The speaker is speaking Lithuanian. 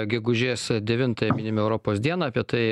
gegužės devintąją minime europos dieną apie tai